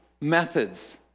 methods